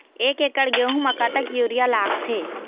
एक एकड़ गेहूं म कतक यूरिया लागथे?